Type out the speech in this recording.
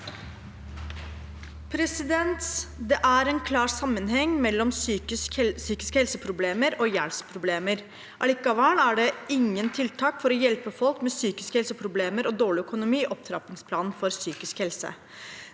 «Det er en klar sam- menheng mellom psykiske helseproblemer og gjeldsproblemer. Allikevel er det ingen tiltak for å hjelpe folk med psykiske helseproblemer og dårlig økonomi i opptrappingsplanen for psykisk helse.